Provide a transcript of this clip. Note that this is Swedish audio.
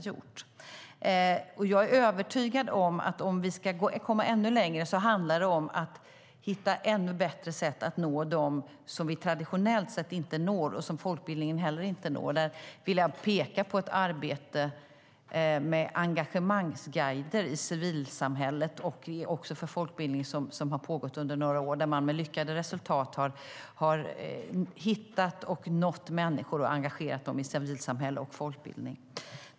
För att komma ännu längre är jag övertygad om att vi måste hitta ännu bättre sätt att nå dem som vi traditionellt sett inte når och som heller inte folkbildningen når. Där vill jag peka på det arbete med engagemangsguider i civilsamhället och folkbildningen som har pågått under några år. Där har man med lyckade resultat nått människor och engagerat dem i civilsamhälle och folkbildning.